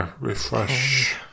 refresh